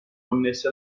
connesse